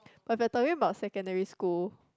but we are talking about secondary school